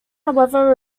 however